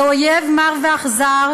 זה אויב מר ואכזר,